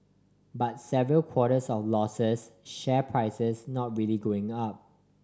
but several quarters of losses share prices not really going up